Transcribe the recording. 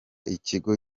ikigo